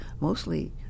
mostly